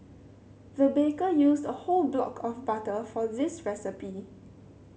the baker used a whole block of butter for this recipe